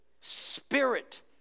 Spirit